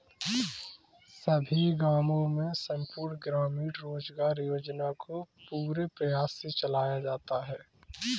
सभी गांवों में संपूर्ण ग्रामीण रोजगार योजना को पूरे प्रयास से चलाया जाता है